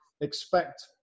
expect